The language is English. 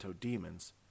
demons